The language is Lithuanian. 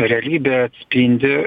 realybė atspindi